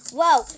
Whoa